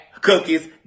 Cookies